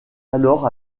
alors